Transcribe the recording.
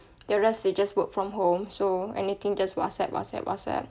the rest they just work from home so anything just whatsapp whatsapp whatsapp